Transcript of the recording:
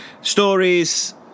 stories